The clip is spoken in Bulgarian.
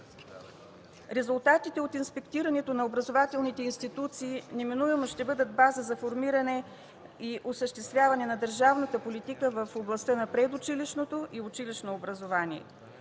Резултатите от инспектирането на образователните институции неминуемо ще бъдат база за формиране и осъществяване на държавната политика в областта на предучилищното и училищното образование.